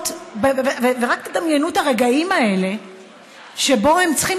ורק תדמיינו את הרגעים האלה שבהם הם צריכים